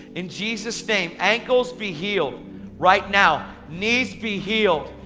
in jesus name, ankles be healed right now. knees be healed,